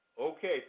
Okay